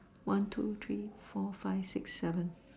one two three four five six seven